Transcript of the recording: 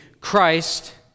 Christ